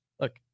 look